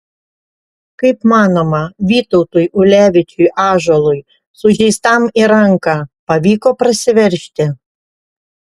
kaip manoma vytautui ulevičiui ąžuolui sužeistam į ranką pavyko prasiveržti